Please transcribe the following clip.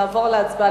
אנחנו נעבור להצבעה